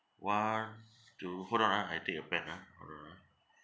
one two hold on ah I take a pen ah hold on ah